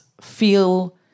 feel